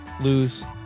Lose